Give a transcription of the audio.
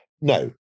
No